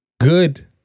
good